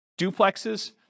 duplexes